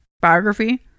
biography